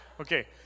Okay